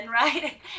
right